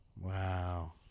Wow